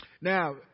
Now